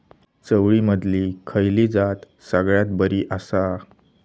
चवळीमधली खयली जात सगळ्यात बरी आसा?